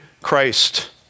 Christ